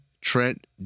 Trent